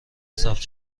ثبت